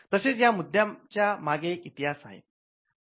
तसेच या मुद्द्याच्या मागे एक इतिहास आहे